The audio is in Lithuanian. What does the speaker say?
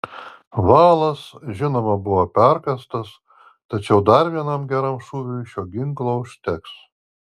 valas žinoma buvo perkąstas tačiau dar vienam geram šūviui šio ginklo užteks